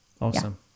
Awesome